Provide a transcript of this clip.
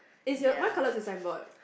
is your what colour is your signboard